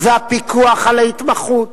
והפיקוח על ההתמחות,